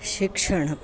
शिक्षणम्